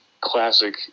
classic